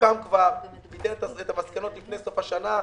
וייתן את המסקנות לפני סוף השנה,